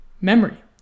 memory